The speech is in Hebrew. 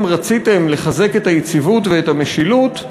אם רציתם לחזק את היציבות ואת המשילות,